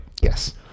Yes